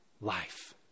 life